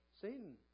Satan